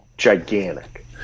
gigantic